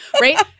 right